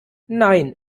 nein